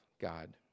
god